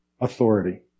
authority